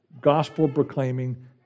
gospel-proclaiming